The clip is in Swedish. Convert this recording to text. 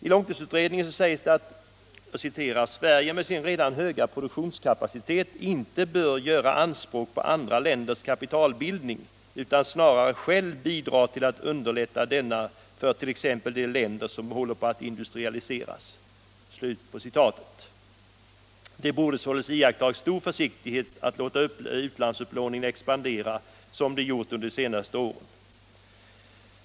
I långtidsutredningen säges att Sverige med sin redan höga produktionskapacitet inte bör göra anspråk på andra länders kapitalbildning utan snarare självt bidra till att underlätta denna för t.ex. de länder som håller på att industrialiseras. Det borde således iakttas stor försiktighet med att låta utlandsupplåningen expandera som den gjort under de två senaste åren.